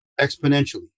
exponentially